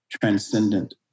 transcendent